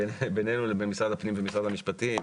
בינינו לבין משרד הפנים ומשרד המשפטים